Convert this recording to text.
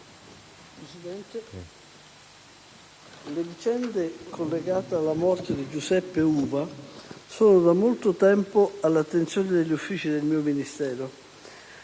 Presidente, la vicenda collegata alla morte di Giuseppe Uva è da molto tempo all'attenzione degli uffici del mio Ministero.